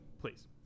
please